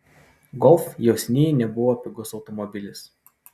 golf jau seniai nebuvo pigus automobilis